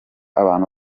abana